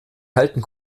halten